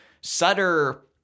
Sutter